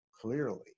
clearly